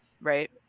right